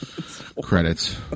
Credits